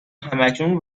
همکنون